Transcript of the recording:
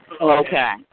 Okay